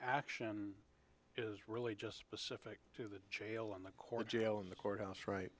action is really just specific to the jail in the court jail in the courthouse right